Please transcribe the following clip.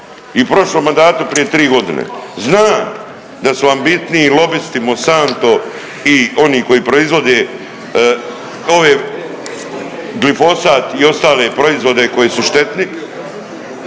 I u prošlom mandatu prije 3 godine. Znan da su vam bitniji lobisti i Mosanto i oni koji proizvode ove, glifosat i ostale proizvode koji su štetni,